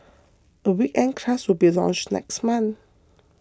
a weekend class will be launched next month